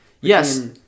Yes